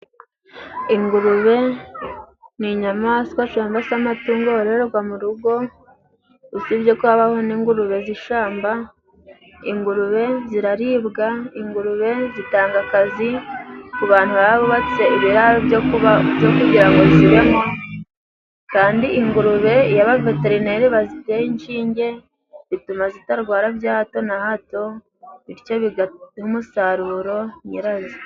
Ingurube ni inyamaswa cangwa se amatungo yororererwa mu rugo, usibye ko habaho n'ingurube z'ishamba. ingurube ziraribwa, ingurube zitanga akazi ku bantu bubatse ibiraro byo kugira ngo zibemo. Kandi ingurube iyo Abaveterineri baziteye inshinge, bituma zitarwara bya hato na hato. Bityo bigatanga umusaruro nyirazo.